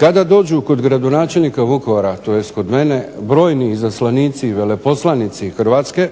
Kada dođu kod gradonačelnika Vukovara tj. kod mene brojni izaslanici i veleposlanici Hrvatske